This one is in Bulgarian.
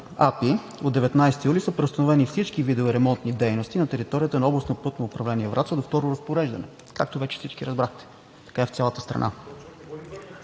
АПИ от 19 юли са преустановени всички видове ремонтни дейности на територията на Областно пътно управление – Враца, до второ разпореждане, а както вече всички разбрахте, така е в цялата страна.